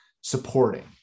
supporting